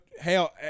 Hell